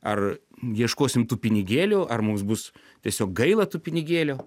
ar ieškosim tų pinigėlių ar mums bus tiesiog gaila tų pinigėlių